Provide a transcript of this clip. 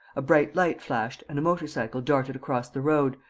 a bright light flashed and a motor-cycle darted across the road,